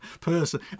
person